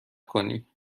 کنی